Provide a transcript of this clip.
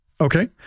Okay